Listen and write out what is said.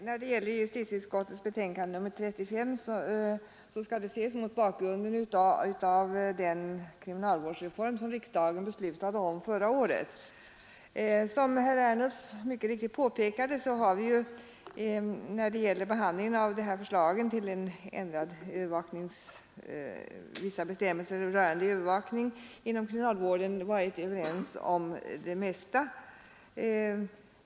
Herr talman! Justitieutskottets betänkande nr 35 skall ses mot bakgrunden av den kriminalvårdsreform som riksdagen beslutade om förra året. Som herr Ernulf mycket riktigt påpekade har vi när det gäller behandlingen av de här förslagen till vissa bestämmelser rörande övervakning inom kriminalvården varit överens om det mesta.